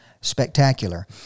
spectacular